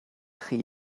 chi